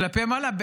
כלפי מעלה,